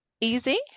easy